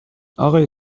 آقای